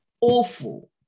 awful